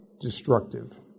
destructive